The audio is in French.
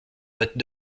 bottes